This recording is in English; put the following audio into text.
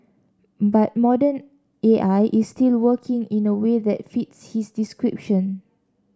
but modern A I is still working in a way that fits his description